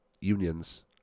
unions